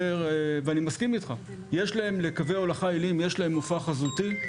ואני מסכים איתך לקווי הולכה עיליים יש מופע חזותי;